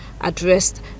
addressed